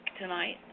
tonight